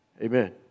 Amen